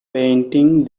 painting